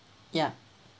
ya